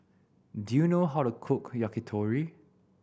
do you know how to cook Yakitori